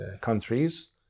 countries